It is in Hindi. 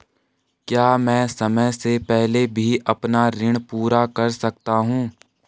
क्या मैं समय से पहले भी अपना ऋण पूरा कर सकता हूँ?